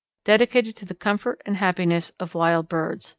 dedicated to the comfort and happiness of wild birds.